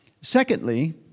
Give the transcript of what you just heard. secondly